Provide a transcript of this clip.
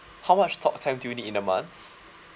how much talk time do you need in a month